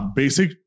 basic